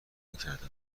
نکردم